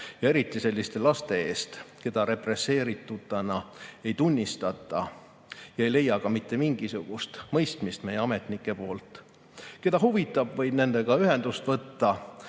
eriti selliste laste eest, keda represseeritutena ei tunnistata ja kes ei leia ka mitte mingisugust mõistmist meie ametnike silmis. Keda huvitab, võib nendega ühendust võtta